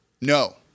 no